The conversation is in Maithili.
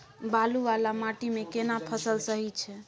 बालू वाला माटी मे केना फसल सही छै?